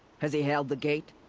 has he held the gate?